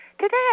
Today